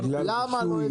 למה לא הביאו?